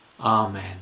Amen